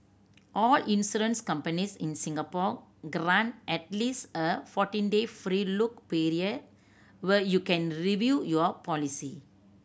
all insurance companies in Singapore grant at least a fourteen day free look period where you can review your policy